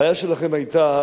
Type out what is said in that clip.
הבעיה שלכם היתה,